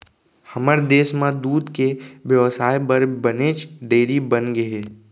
हमर देस म दूद के बेवसाय बर बनेच डेयरी बनगे हे